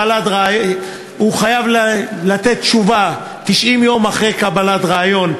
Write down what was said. הוא חייב לתת תשובה 90 יום אחרי קבלה לריאיון,